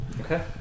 Okay